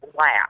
laugh